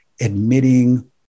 admitting